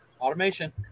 automation